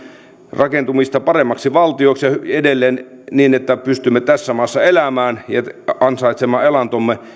rakentumista paremmaksi valtioksi ja edelleen se tuo uutta työtä niin että pystymme tässä maassa elämään ja ansaitsemaan elantomme